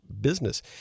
business